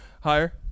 higher